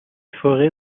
forêts